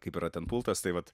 kaip yra ten pultas tai vat